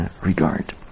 regard